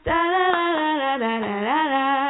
Da-da-da-da-da-da-da-da